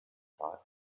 thought